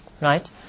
Right